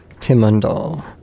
Timundal